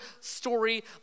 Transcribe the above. story